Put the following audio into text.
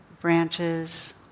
branches